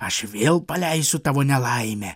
aš vėl paleisiu tavo nelaimę